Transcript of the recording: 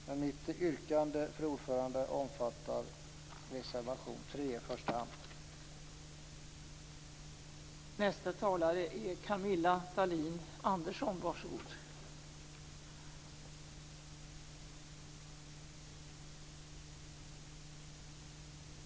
Men mitt yrkande, fru talman, omfattar i första hand reservation 1.